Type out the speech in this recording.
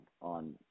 on